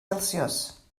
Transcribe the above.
celsius